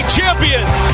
champions